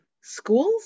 schools